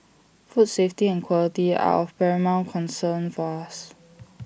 food safety and quality are of paramount concern for us